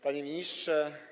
Panie Ministrze!